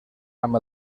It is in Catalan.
amb